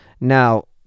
Now